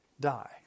die